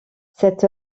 cette